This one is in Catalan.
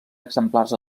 exemplars